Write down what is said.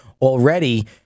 already